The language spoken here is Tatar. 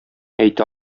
әйтә